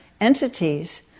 entities